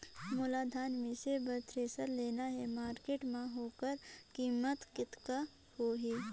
मोला धान मिसे बर थ्रेसर लेना हे मार्केट मां होकर कीमत कतेक होही?